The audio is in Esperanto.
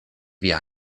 via